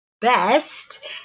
best